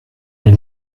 des